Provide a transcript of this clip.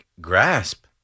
grasp